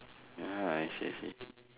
ah I see I see